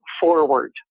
forward